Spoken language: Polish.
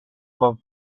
mam